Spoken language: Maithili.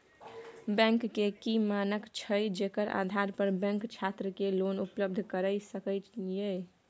बैंक के की मानक छै जेकर आधार पर बैंक छात्र के लोन उपलब्ध करय सके ये?